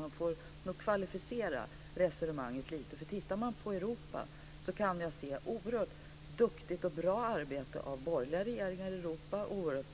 Man får nog kvalificera resonemanget lite. Tittar jag på Europa kan jag se oerhört duktigt och bra arbete av borgerliga regeringar i Europa och oerhört